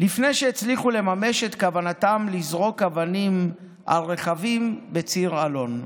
לפני שהצליחו לממש את כוונתם לזרוק אבנים על רכבים בציר אלון.